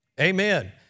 Amen